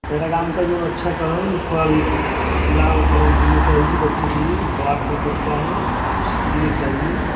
Paragon का जो अच्छा कलर हो थोड़ा लाल कलर होना चाहिए बच्चे के लिए और आठ साल का बच्चा है उसके लिए चाहिए